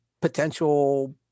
potential